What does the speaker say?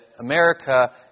America